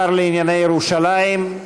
השר לענייני ירושלים.